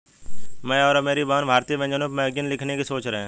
मैं और मेरी बहन भारतीय व्यंजनों पर मैगजीन लिखने की सोच रही है